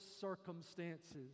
circumstances